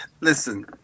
listen